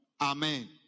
Amen